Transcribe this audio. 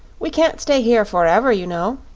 we can't stay here forever, you know.